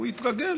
הוא יתרגל.